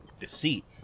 Deceit